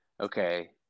okay